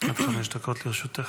עד חמש דקות לרשותך.